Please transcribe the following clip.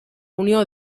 unió